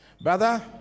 Brother